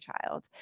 child